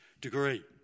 degree